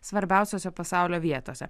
svarbiausiose pasaulio vietose